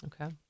Okay